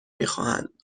میخواهند